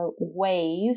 wave